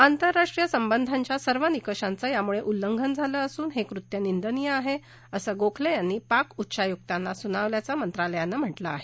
आंतरराष्ट्रीय संबंधांच्या सर्व निकषांचं यामुळे उल्लंघन झालं असून हे कृत्य निंदनीय आहे असं गोखले यांनी पाक उच्चायुक्तांना सुनावल्याचं मंत्रालयानं म्हटलं आहे